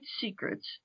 Secrets